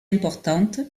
importante